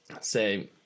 say